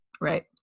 Right